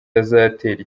bizatera